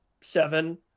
seven